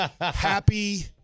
happy